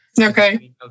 Okay